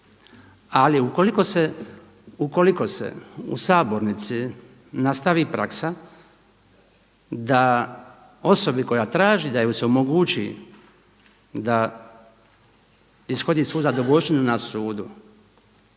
ali ukoliko se u Sabornici nastavi praksa da osobi koja traži da joj se omogući da ishodi svu zadovoljštinu na sudu